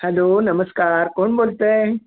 hello नमस्कार कोण बोलतं आहे